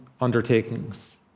undertakings